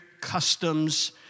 customs